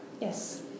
yes